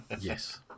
Yes